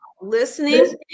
listening